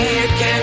again